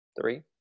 Three